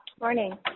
Morning